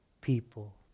people